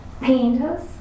painters